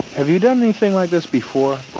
have you done anything like this before?